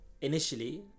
initially